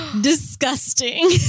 disgusting